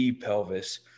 pelvis